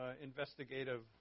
investigative